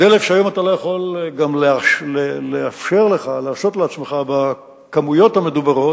דלף שהיום אתה לא יכול להרשות לעצמך בכמויות המדוברות,